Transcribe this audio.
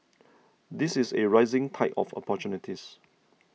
this is a rising tide of opportunities